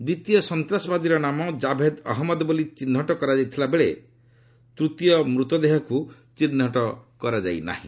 ଦ୍ୱିତୀୟ ସନ୍ତାସବାଦୀର ନାମ ଜାଭେଦ୍ ଅହମ୍ମଦ ବୋଲି ଚିହ୍ନଟ କରାଯାଇଥିବା ବେଳେ ତୃତୀୟ ମୃତଦେହକୁ ଚିହ୍ନଟ କରାଯାଇ ନାହିଁ